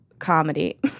Comedy